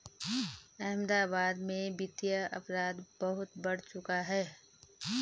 अहमदाबाद में वित्तीय अपराध बहुत बढ़ चुका है